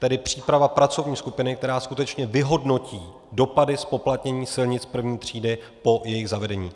Tedy příprava pracovní skupiny, která skutečně vyhodnotí dopady zpoplatnění silnic první třídy po jeho zavedení.